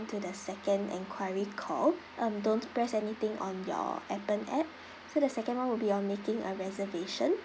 to the second enquiry call um don't press anything on your appen app so the second one will be uh making a reservation